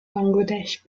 bangladesh